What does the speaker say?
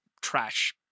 trash